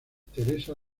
teresa